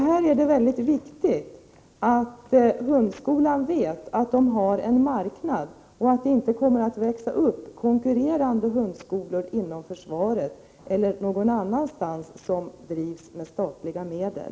Här är det viktigt att hundskolan vet att det finns en marknad och att det inte kommer att växa upp konkurrerande hundskolor, inom försvaret eller någon annanstans, som drivs med statliga medel.